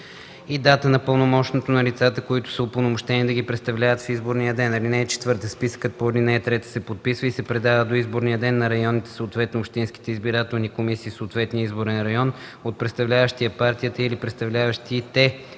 и дата на пълномощното на лицата, които са упълномощени да ги представляват в изборния ден. (4) Списъкът по ал. 3 се подписва и предава до изборния ден на районните, съответно общинските избирателни комисии в съответния изборен район от представляващия партията или представляващите